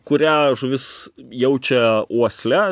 kurią žuvys jaučia uosle